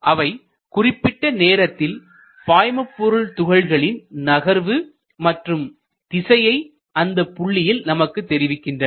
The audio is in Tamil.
அவை குறிப்பிட்ட நேரத்தில் பாய்மபொருள்துகள்களின் நகர்வு மற்றும் திசையை அந்தப் புள்ளியில் நமக்குத் தெரிவிக்கின்றன